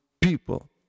people